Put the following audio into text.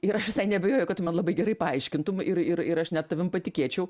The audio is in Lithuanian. ir aš visai neabejoju kad tu man labai gerai paaiškintum ir ir ir aš net tavim patikėčiau